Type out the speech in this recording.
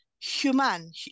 Human